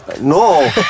No